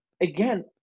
again